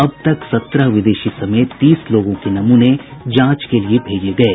अब तक सत्रह विदेशी समेत तीस लोगों के नमूने जांच के लिये भेजे गये